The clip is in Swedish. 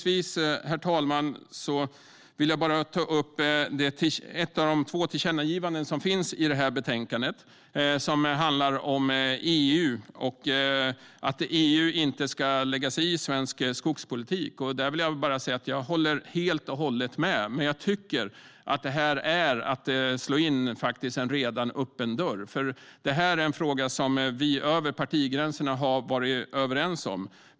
Avslutningsvis vill jag ta upp ett av de två tillkännagivanden som finns i betänkandet. Det handlar om att EU inte ska lägga sig i svensk skogspolitik. Jag håller helt och hållet med. Men jag tycker att det är att slå in en redan öppen dörr. Detta är en fråga som vi har varit överens om över partigränserna.